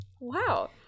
wow